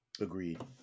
Agreed